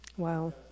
Wow